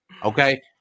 Okay